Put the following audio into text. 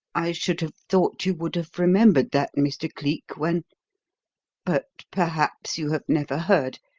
i should have thought you would have remembered that, mr. cleek, when but perhaps you have never heard?